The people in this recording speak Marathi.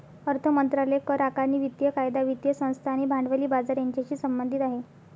अर्थ मंत्रालय करआकारणी, वित्तीय कायदा, वित्तीय संस्था आणि भांडवली बाजार यांच्याशी संबंधित आहे